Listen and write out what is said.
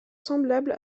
semblable